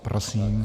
Prosím.